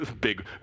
big